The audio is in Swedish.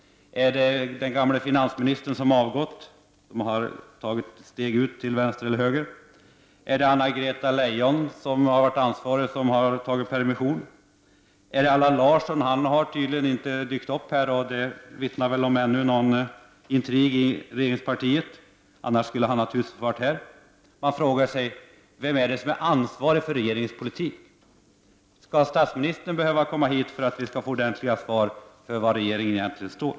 Är det den gamle finansministern som har avgått och som har tagit ett steg till vänster eller höger? Är det Anna-Greta Leijon som har varit ansvarig men som nu har tagit permission? Är det Allan Larsson? Han har inte dykt uppi dag, vilket väl vittnar om ännu någon intrig inom regeringspartiet; annars skulle han naturligtvis ha varit här. Vem är det som är ansvarig för regeringens politik? Skall statsministern behöva komma hit för att vi skall få ordentliga svar på frågor om var regeringen står?